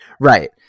Right